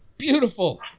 Beautiful